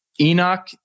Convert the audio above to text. Enoch